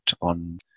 on